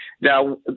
Now